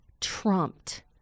trumped